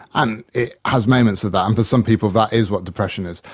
and it has moments of that, and for some people that is what depression is.